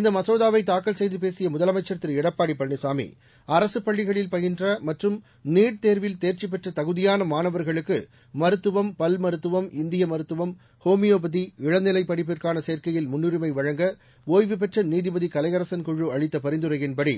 இந்த மசோதாவை தாக்கல் செய்து பேசிய முதலமைச்சர் திரு எடப்பாடி பழனிசாமி அரசு பள்ளிகளில் பயின்ற மற்றும் நீட் தேர்வில் தேர்ச்சி பெற்ற தகுதியான மாணவர்களுக்கு மருத்துவம் பல் மருத்துவம் இந்திய மருத்துவம் ஹோமியோபதி இளநிலைப் படிப்புக்கான சேர்க்கையில் முன்னுரிமை வழங்க ஓய்வு பெற்ற நீதிபதி கலையரசன் குழு அளித்த பரிந்துரையின்படி